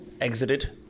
exited